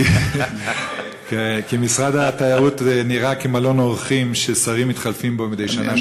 כי משרד התיירות נראה כמלון אורחים ששרים מתחלפים בו מדי שנה-שנתיים.